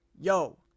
Yo